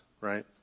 right